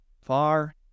far